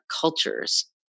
cultures